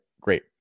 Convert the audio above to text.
Great